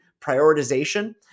prioritization